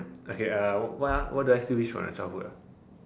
okay what what do I still wish from my childhood